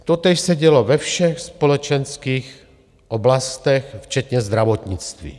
Totéž se dělo ve všech společenských oblastech, včetně zdravotnictví.